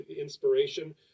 inspiration